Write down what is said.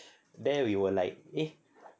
there we were like eh